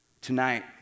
Tonight